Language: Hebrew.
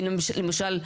למשל,